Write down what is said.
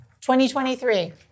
2023